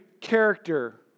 character